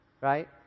Right